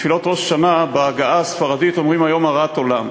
בתפילות ראש השנה בהגייה הספרדית אומרים "היום הרת עולם",